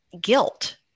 guilt